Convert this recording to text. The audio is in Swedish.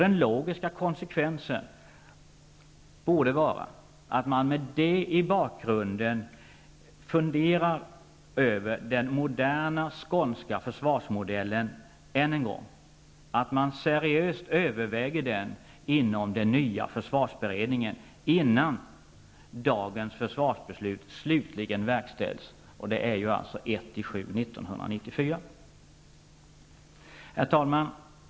Den logiska konsekvensen borde vara att man med det här som bakgrund än en gång funderar över den moderna skånska försvarsmodellen och seriöst överväger den inom den nya försvarsberedningen innan dagens försvarsbeslut slutligen verkställs, dvs. den 1 juli Herr talman!